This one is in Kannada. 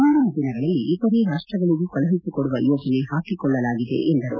ಮುಂದಿನ ದಿನಗಳಲ್ಲಿ ಇತರೆ ರಾಷ್ವಗಳಿಗೂ ಕಳುಹಿಸಿಕೊಡುವ ಯೋಜನೆ ಹಾಕಿಕೊಳ್ಳಲಾಗಿದೆ ಎಂದರು